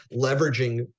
leveraging